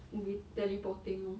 would be teleporting lor